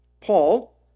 Paul